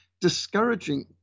discouraging